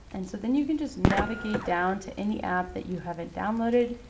and so then you can just navigate down to any app that you haven't downloaded,